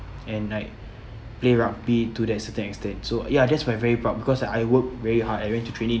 and like play rugby to that certain extent so ya that's when I very proud because I work very hard I went to training